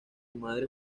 madre